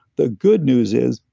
the good news is,